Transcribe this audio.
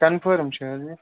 confirm چھِ حظ یہِ